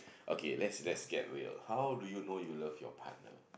okay let's let's get real how do you know you love your partner